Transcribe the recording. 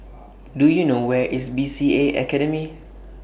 Do YOU know Where IS B C A Academy